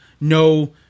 no